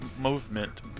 movement